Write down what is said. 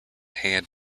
hand